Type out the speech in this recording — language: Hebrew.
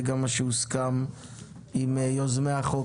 זה גם מה שהוסכם עם יוזמי הצעת החוק.